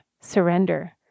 surrender